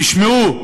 תשמעו,